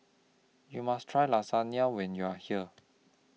YOU must Try Lasagne when YOU Are here